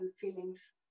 feelings